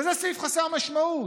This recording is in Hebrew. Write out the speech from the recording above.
וזה סעיף חסר משמעות,